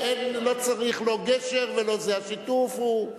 לא צריך גשר, השיתוף גדול.